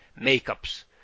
makeups